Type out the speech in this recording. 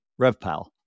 RevPal